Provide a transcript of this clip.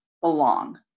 belong